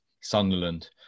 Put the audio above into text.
Sunderland